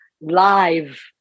live